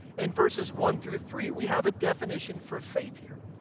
in verses one through three. we have a definition for faith here.